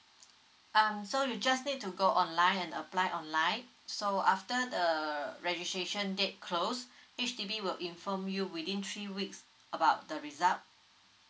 um so you just need to go online and apply online so after the registration date close H_D_B will inform you within three weeks about the result